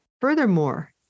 furthermore